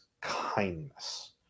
kindness